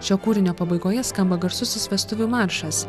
šio kūrinio pabaigoje skamba garsusis vestuvių maršas